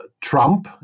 Trump